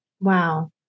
Wow